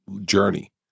Journey